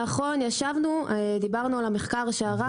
נכון, ישבנו ודיברנו על המחקר שערכנו.